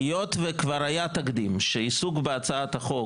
היות וכבר היה תקדים שעיסוק בהצעת החוק